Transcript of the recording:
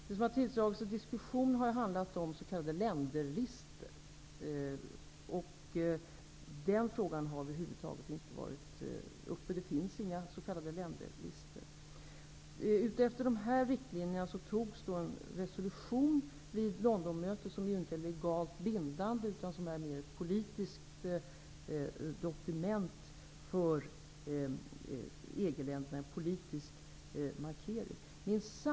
Det som tilldragit sig diskussion har handlat om s.k. länderregister, och den frågan har över huvud taget inte varit uppe. Det finns inga s.k. länderregister. Med ledning av dessa riktlinjer antogs en resolution vid Londonmötet, vilket inte är legalt bindande utan mer ett politiskt dokument, en politisk markering.